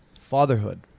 Fatherhood